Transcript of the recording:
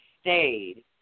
stayed